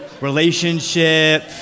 Relationship